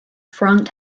front